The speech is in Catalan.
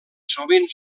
sovint